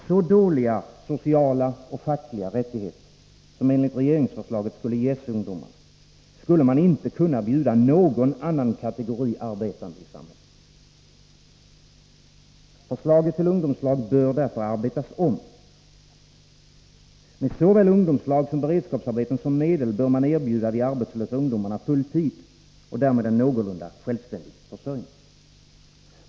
Så dåliga sociala och fackliga rättigheter som enligt regeringsförslaget skulle ges ungdomarna skulle man inte kunna erbjuda någon annan kategori arbetande i samhället. Förslaget till ungdomslag bör därför arbetas om. Med såväl ungdomslag som beredskapsarbeten som medel bör man erbjuda de arbetslösa ungdomarna full tid och därmed en någorlunda självständig försörjning.